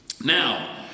Now